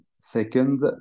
second